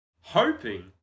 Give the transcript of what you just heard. hoping